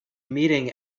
meeting